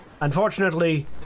unfortunately